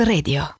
Radio